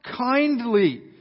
kindly